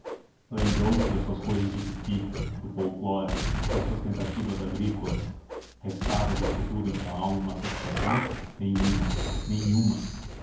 lembrou-se das suas cousas de tupi do folk lore das suas tentativas agrícolas restava disso tudo em sua alma uma satisfação nenhuma nenhuma